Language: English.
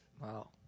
Wow